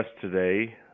today